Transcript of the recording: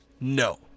No